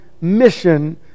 mission